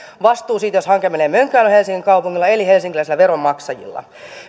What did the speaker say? vastuu siitä jos hanke menee mönkään on helsingin kaupungilla eli helsinkiläisillä veronmaksajilla